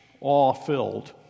awe-filled